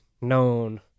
known